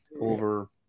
over